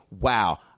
wow